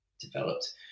developed